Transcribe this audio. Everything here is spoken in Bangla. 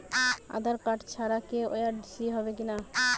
আধার কার্ড ছাড়া কে.ওয়াই.সি হবে কিনা?